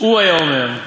"הוא היה אומר: